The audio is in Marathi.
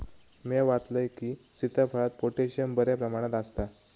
म्या वाचलंय की, सीताफळात पोटॅशियम बऱ्या प्रमाणात आसता